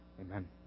Amen